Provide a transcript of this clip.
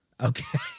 Okay